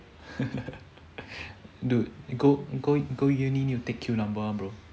dude you go you go uni you take queue number one bro